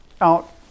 out